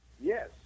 Yes